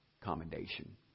commendation